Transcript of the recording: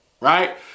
Right